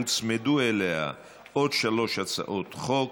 הוצמדו אליה שלוש הצעות חוק,